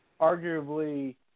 arguably